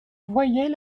voyait